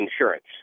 insurance